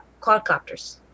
quadcopters